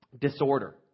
disorder